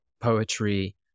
poetry